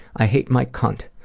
i hate my cunt,